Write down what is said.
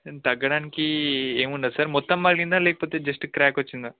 తగ్గడానికి ఏముండదు సార్ మొత్తం పగిలిందా లేకపోతే జస్ట్ క్ర్యాక్ వచ్చిందా